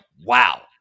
wow